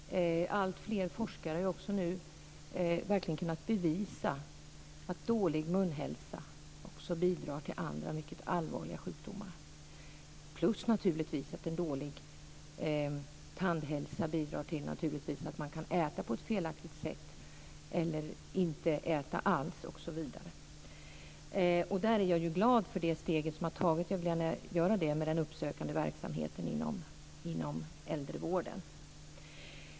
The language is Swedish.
Fru talman! Det är helt riktigt. Samtidigt är det inte bara ett socialt problem, utan också ett medicinskt problem. Alltfler forskare har nu verkligen kunnat bevisa att dålig munhälsa också bidrar till andra mycket allvarliga sjukdomar. Dessutom kan naturligtvis en dålig tandhälsa bidra till att man äter på ett felaktigt sätt eller inte äter alls osv. Jag är glad för de steg som har tagits med den uppsökande verksamheten inom äldrevården.